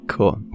Cool